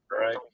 right